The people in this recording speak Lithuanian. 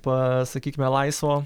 pa sakykime laisvo